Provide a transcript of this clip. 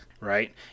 Right